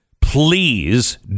Please